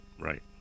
Right